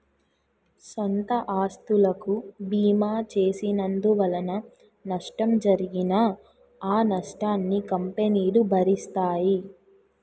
సొంత ఆస్తులకు బీమా చేసినందువలన నష్టం జరిగినా ఆ నష్టాన్ని కంపెనీలు భరిస్తాయి